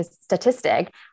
statistic